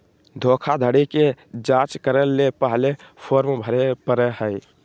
धोखाधड़ी के जांच करय ले पहले फॉर्म भरे परय हइ